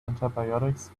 antibiotics